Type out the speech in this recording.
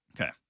Okay